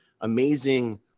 amazing